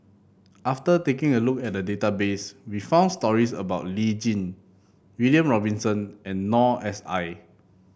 after taking a look at the database we found stories about Lee Tjin William Robinson and Noor S I